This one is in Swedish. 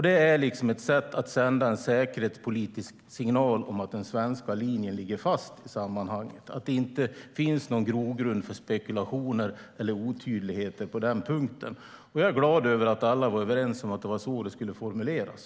Det är ett sätt att sända en säkerhetspolitisk signal om att den svenska linjen ligger fast och att det inte finns någon grogrund för spekulationer eller otydligheter på den punkten. Och jag är glad över att alla var överens om att det var så det skulle formuleras.